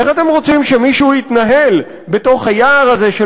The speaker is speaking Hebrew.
איך אתם רוצים שמישהו יתנהל בתוך היער הזה של